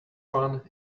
one